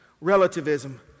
relativism